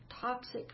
toxic